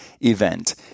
event